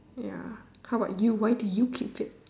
ya how about you why do you keep fit